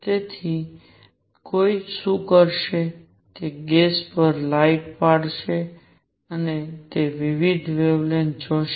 તેથી કોઈ શું કરશે તે ગેસ પર લાઇટ પાડશે અને વિવિધ વેવલેન્ગથ જોશે